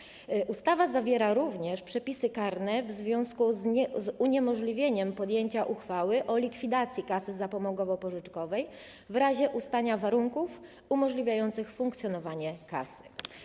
Projektowana ustawa zawiera również przepisy karne związane z uniemożliwieniem podjęcia uchwały o likwidacji kasy zapomogowo-pożyczkowej w razie ustania warunków umożliwiających funkcjonowanie kasy.